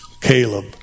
Caleb